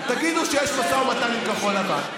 תגידו שיש משא ומתן עם כחול לבן,